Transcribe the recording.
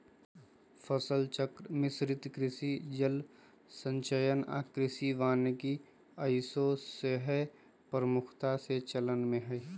फसल चक्र, मिश्रित कृषि, जल संचयन आऽ कृषि वानिकी आइयो सेहय प्रमुखता से चलन में हइ